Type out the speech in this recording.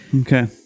Okay